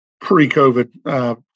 pre-COVID